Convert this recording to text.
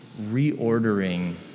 reordering